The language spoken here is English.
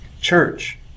church